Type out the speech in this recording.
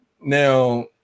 Now